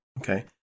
Okay